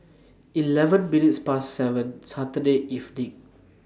eleven minutes Past seven Saturday evening